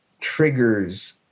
triggers